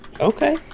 Okay